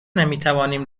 نمیتوانیم